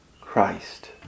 Christ